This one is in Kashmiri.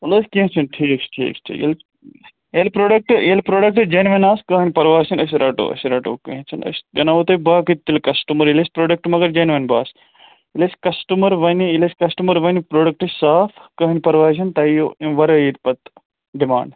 وَل حظ کیٚنٛہہ چھُنہٕ ٹھیٖک چھِ ٹھیٖک چھِ ٹھیٖک ییٚلہِ ییٚلہِ پرٛوٚڈَکٹہٕ ییٚلہِ پرٛوٚڈکٹہٕ جیٚنوِن آسہٕ کٕہۭنۍ پَرواے چھُنہٕ أسۍ رَٹو أسۍ رَٹو کِہیٖنۍ چھِنہٕ أسۍ دیٛاناوَو تۄہہِ باقٕے تیٚلہِ کَسٹٕمَر ییٚلہِ اَسہِ پرٛوٚڈکٹہٕ مگر جیٚنوَن باسہِ ییٚلہِ اَسہِ کَسٹمَر وَنہِ ییٚلہِ اَسہِ کسٹٕمَر وَنہِ پرٛوٚڈَکٹ چھِ صاف کٕہۭنۍ پرواے چھِنہٕ تۄہہِ یِیو أمۍ ورٲے ییتہِ پَتہٕ ڈِمانٛڈ